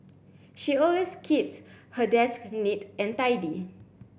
she always keeps her desk neat and tidy